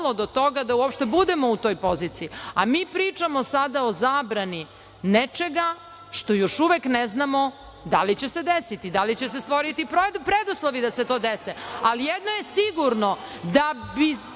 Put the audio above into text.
do toga da uopšte budemo u toj poziciji.A mi pričamo sada o zabrani nečega što još uvek ne znamo da li će se desiti? Da li će se stvoriti preduslovi da se to desi? Jedno je sigurno, da bi